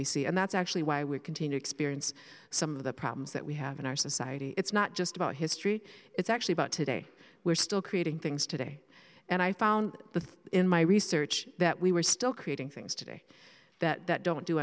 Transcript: we see and that's actually why we continue experience some of the problems that we have in our society it's not just about history it's actually about today we're still creating things today and i found the thing in my research that we were still creating things today that don't do